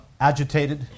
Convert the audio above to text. agitated